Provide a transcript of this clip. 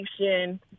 education